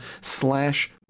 slash